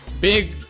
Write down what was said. big